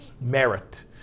merit